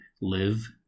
live